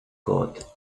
code